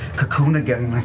cocoon again